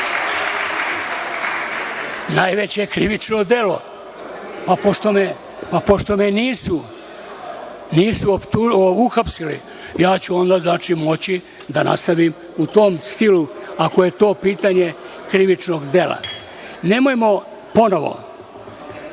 najveće krivično delo. Pošto me nisu uhapsili, ja ću onda moći da nastavim u tom stilu, ako je to pitanje krivičnog dela. Nemojmo ponovo,